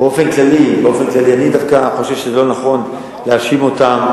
באופן כללי אני דווקא חושב שלא נכון להאשים אותן.